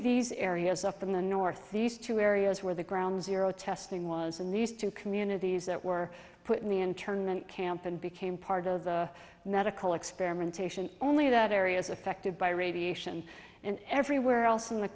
these areas up in the north these two areas where the ground zero testing was in these two communities that were put in the internment camp and became part of the medical experimentation only that areas affected by radiation and everywhere else in the